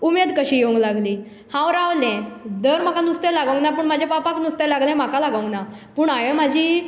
उमेद कशी येवंक लागली हांव रावले दर म्हाका नुस्ते लागूंकना म्हज्या पापाक नुस्तें लागलें म्हाका लागूंकना पूण हांवें म्हजी